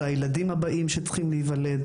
הם ההורים של הילדים הבאים שצריכים להיוולד,